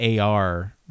AR